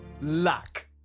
Luck